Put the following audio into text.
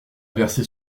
versé